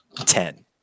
Ten